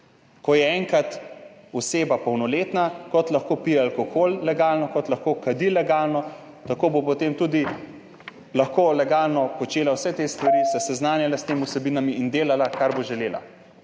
Ko je enkrat oseba polnoletna, kot lahko pije alkohol legalno, kot lahko kadi legalno, tako bo potem lahko legalno počela tudi vse te stvari, se seznanjala s temi vsebinami in delala, kar bo želela.